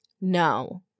No